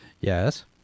Yes